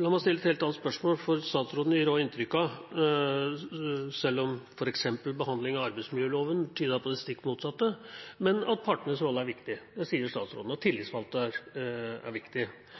La meg stille et helt annet spørsmål, for statsråden gir også inntrykk av – selv om f.eks. behandlingen av arbeidsmiljøloven tydet på det stikk motsatte – at partenes rolle er viktig, det sier statsråden, og at